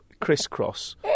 crisscross